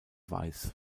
weiß